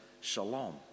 shalom